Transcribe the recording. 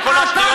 וכל השטויות שלך,